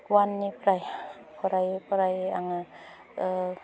अवाननिफ्राय फरायै फरायै आङो